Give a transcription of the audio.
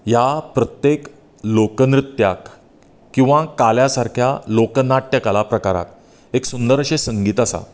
ह्या प्रत्येक लोकनृत्याक किंवां काल्या सारक्या लोक नाट्य प्रकाराक एक सुंदरशे संगीत आसा